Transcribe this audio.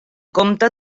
compte